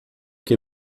que